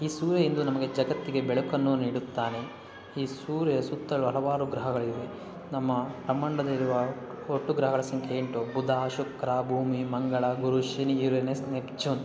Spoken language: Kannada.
ಈ ಸೂರ್ಯ ಇಂದು ನಮಗೆ ಜಗತ್ತಿಗೆ ಬೆಳಕನ್ನು ನೀಡುತ್ತಾನೆ ಈ ಸೂರ್ಯ ಸುತ್ತಲೂ ಹಲವಾರು ಗ್ರಹಗಳಿವೆ ನಮ್ಮ ಬ್ರಹ್ಮಾಂಡಲ್ಲಿರುವ ಒಟ್ಟು ಗ್ರಹಗಳ ಸಂಖ್ಯೆ ಎಂಟು ಬುಧ ಶುಕ್ರ ಭೂಮಿ ಮಂಗಳ ಗುರು ಶನಿ ಯುರೇನಸ್ ನೆಪ್ಚೂನ್